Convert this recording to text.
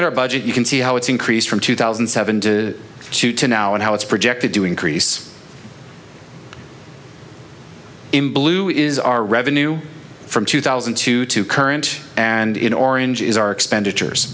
at our budget you can see how it's increased from two thousand and seven two to now and how it's projected do increase in blue is our revenue from two thousand and two to current and in orange is our expenditures